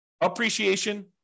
appreciation